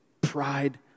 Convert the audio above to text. Pride